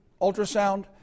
ultrasound